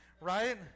right